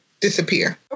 disappear